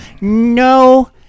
No